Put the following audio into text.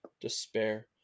despair